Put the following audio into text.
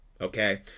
okay